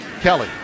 Kelly